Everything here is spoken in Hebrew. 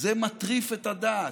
זה מטריף את הדעת.